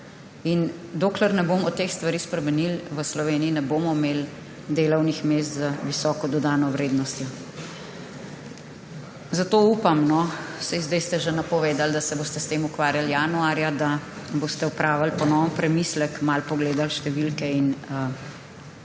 Dokler ne bomo teh stvari spremenili, v Sloveniji ne bomo imeli delovnih mest z visoko dodano vrednostjo. Zato upam, saj zdaj ste že napovedali, da se boste s tem ukvarjali januarja, da boste opravili ponoven premislek, malo pogledali številke in